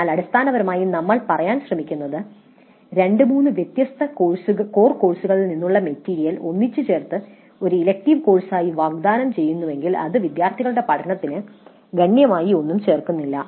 എന്നാൽ അടിസ്ഥാനപരമായി നമ്മൾ പറയാൻ ശ്രമിക്കുന്നത് 2 3 വ്യത്യസ്ത കോർ കോഴ്സുകളിൽ നിന്നുള്ള മെറ്റീരിയൽ ഒന്നിച്ച് ചേർത്ത് ഒരു ഇലക്ടീവ് കോഴ്സായി വാഗ്ദാനം ചെയ്യുന്നുവെങ്കിൽ അത് വിദ്യാർത്ഥികളുടെ പഠനത്തിൽ ഗണ്യമായി ഒന്നും ചേർക്കുന്നില്ല